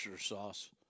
sauce